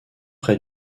près